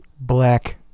Black